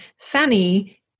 fanny